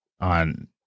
on